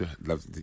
love